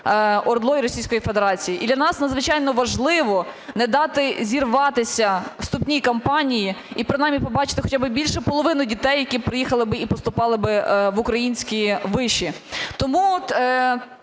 ОРДЛО і Російської Федерації. І для нас надзвичайно важливо не дати зірватися вступній кампанії і принаймні побачити хоча би більше половини дітей, які приїхали б і поступали б в українські виші. Тому це